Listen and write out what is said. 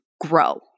Grow